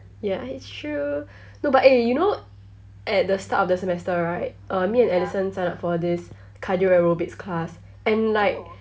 ya it's true no but eh you know at the start of the semester right uh me and alison signed up for this cardio aerobics class and like